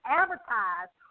advertise